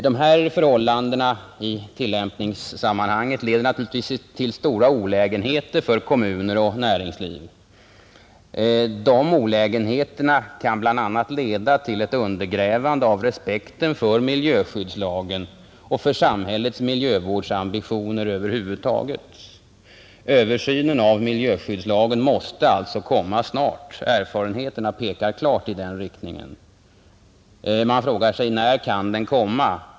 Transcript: Dessa förhållanden i tillämpningssammanhanget vållar naturligtvis stora olägenheter för kommuner och näringsliv. De olägenheterna kan bl.a. leda till ett undergrävande av respekten för miljöskyddslagen och för samhällets miljövårdsambitioner över huvud taget. Översynen av miljöskyddslagen måste alltså komma snart — erfarenheterna pekar klart i den riktningen. Man frågar sig: När kan den komma?